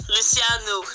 Luciano